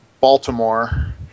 Baltimore